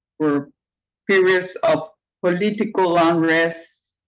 were period of political unrest,